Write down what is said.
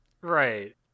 right